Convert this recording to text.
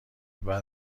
بعد